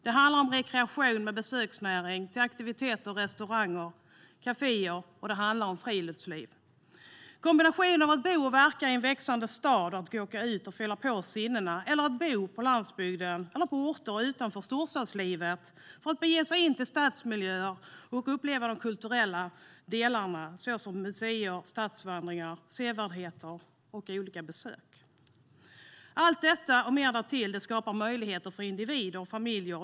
Det handlar om rekreation genom besöksnäring såsom aktiviteter, restauranger och kaféer, och det handlar om friluftsliv. Det handlar om kombinationen av att bo och verka i en växande stad och att åka ut och fylla på sinnena, eller att bo på landsbygden eller på orter utanför storstäderna och bege sig in till stadsmiljöer för att uppleva de kulturella delarna såsom museer, stadsvandringar och andra sevärdheter. Allt detta och mer därtill skapar möjligheter för individer och familjer.